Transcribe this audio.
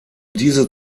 diese